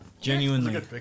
Genuinely